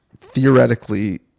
theoretically